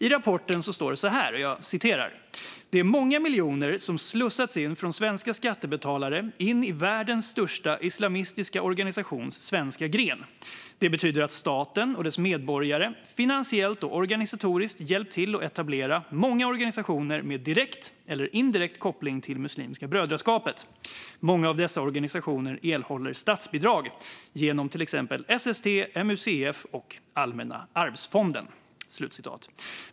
I rapporten står följande: "Det är många miljoner som slussats in från svenska skattebetalare in i världens största islamistiska organisations svenska gren. Det betyder att staten och dess medborgare finansiellt och organisatoriskt hjälpt till att etablera många organisationer med direkt eller indirekt koppling till MB. Många av dessa organisationer erhåller statsbidrag genom t.ex. SST, MUCF och Allmänna Arvsfonden."